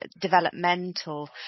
developmental